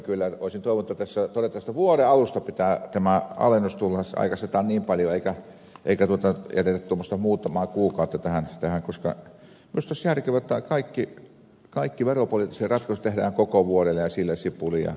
kyllä olisin toivonut että tässä todettaisiin että vuoden alusta pitää tämän alennuksen tulla aikaistetaan niin paljon eikä jätetä tuommoista muutamaa kuukautta tähän koska minusta olisi järkevää jotta kaikki veropoliittiset ratkaisut tehdään koko vuodelle ja sillä sipuli